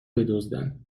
بدزدن